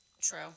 True